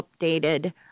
updated